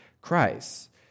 Christ